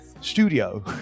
Studio